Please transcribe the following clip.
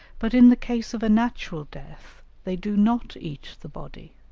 but in the case of a natural death they do not eat the body.